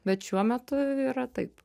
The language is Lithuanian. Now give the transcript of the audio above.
bet šiuo metu yra taip